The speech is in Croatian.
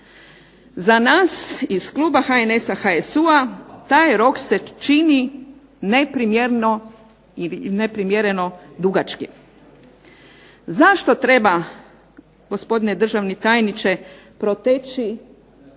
Za nas iz kluba HNS-a, HSU-a taj rok se čini neprimjereno dugačkim. Zašto treba gospodine državni tajniče proteći